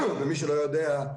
ומי שלא יודע,